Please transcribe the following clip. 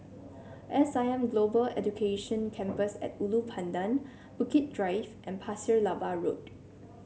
S I M Global Education Campus at Ulu Pandan Bukit Drive and Pasir Laba Road